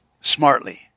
smartly